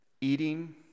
eating